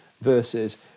versus